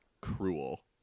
cruel